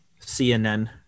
CNN